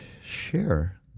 share